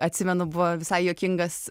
atsimenu buvo visai juokingas